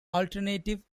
alternative